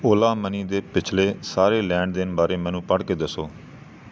Ola money ਦੇ ਪਿਛਲੇ ਸਾਰੇ ਲੈਣ ਦੇਣ ਬਾਰੇ ਮੈਨੂੰ ਪੜ੍ਹ ਕੇ ਦੱਸੋ